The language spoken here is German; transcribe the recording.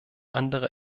andere